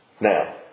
Now